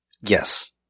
Yes